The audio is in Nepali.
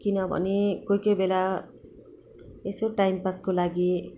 किनभने कोही कोहीबेला यसो टाइम पासको लागि